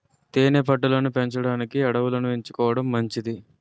తేనె పట్టు లను పెంచడానికి అడవులను ఎంచుకోవడం మంచిది